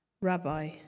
Rabbi